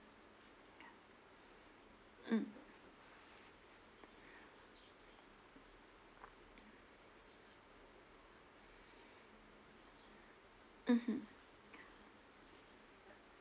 mm mmhmm